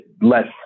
less